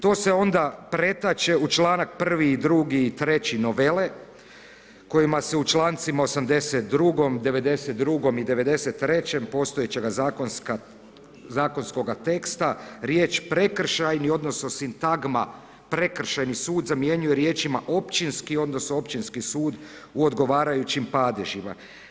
To se onda pretače u čl. 1. i 2. i 3. novele kojima se u čl. 82., 92. i 93. postojećega zakonskog teksta riječ prekršajni, odnosno sintagma prekršajni sud zamjenjuje riječima općinski odnosno općinski sud u odgovarajućim padežima.